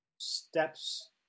steps